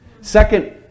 Second